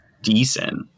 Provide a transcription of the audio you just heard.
decent